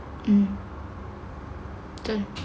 mm betul